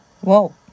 Whoa